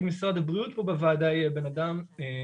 משרד הבריאות פה בוועדה יהיה בן אדם עם